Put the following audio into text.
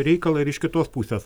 reikalą ir iš kitos pusės